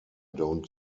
don’t